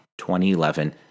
2011